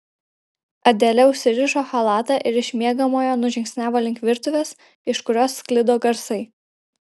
adelė užsirišo chalatą ir iš miegamojo nužingsniavo link virtuvės iš kurios sklido garsai